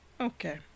Okay